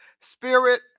Spirit